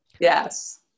yes